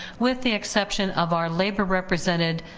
with the exception of our labor represented